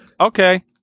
okay